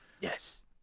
yes